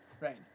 right